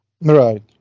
Right